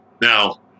Now